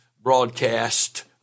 broadcast